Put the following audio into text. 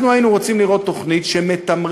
אנחנו היינו רוצים לראות תוכנית שמתמרצת